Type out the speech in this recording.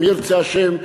אם ירצה השם,